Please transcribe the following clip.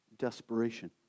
Desperation